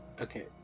Okay